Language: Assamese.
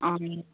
অঁ